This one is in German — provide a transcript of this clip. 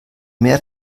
mehr